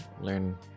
learn